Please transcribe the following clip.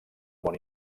món